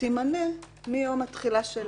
יבוא יום,